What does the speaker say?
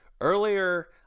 Earlier